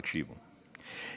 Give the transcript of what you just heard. תקשיבו,